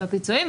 כן.